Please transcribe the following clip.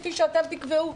כפי שתקבעו.